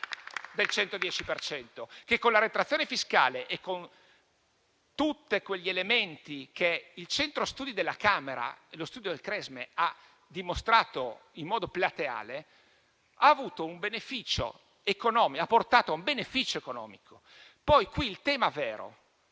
per cento, che con la detrazione fiscale e con tutte quegli elementi che, come il Centro studi della Camera e lo studio del Cresme hanno dimostrato in modo plateale, ha portato un beneficio economico. Qui il tema vero